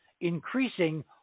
increasing